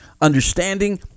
understanding